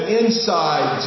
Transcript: inside